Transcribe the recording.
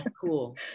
cool